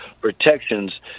protections